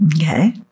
okay